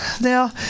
Now